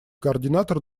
координатор